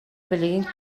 билигин